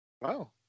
Wow